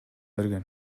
берген